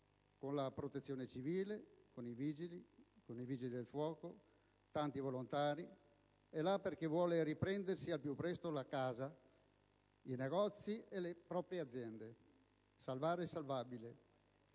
con la Protezione civile, con i Vigili del fuoco, tanti volontari; è là perché vuole riprendersi al più presto la casa, i negozi e le proprie aziende, salvare il salvabile.